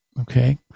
okay